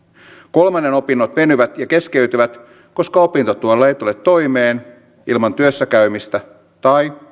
kolmannen opinnot venyvät ja keskeytyvät koska opintotuella ei tule toimeen ilman työssä käymistä tai